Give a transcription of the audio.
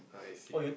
I see